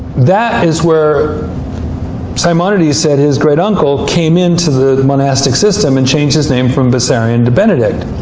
that is where simonides said his great-uncle came into the monastic system and changed his name from bessarion to benedict.